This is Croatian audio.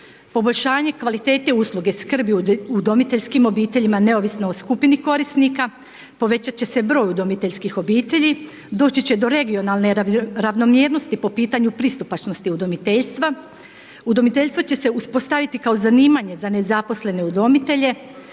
poboljšanje kvalitete usluge skrbi udomiteljskim obiteljima neovisno o skupini korisnika. Povećat će se broj udomiteljskih obitelji, doći će do regionalne ravnomjernosti po pitanju pristupačnosti udomiteljstva. Udomiteljstvo će se uspostaviti kao zanimanje za nezaposlene udomitelje,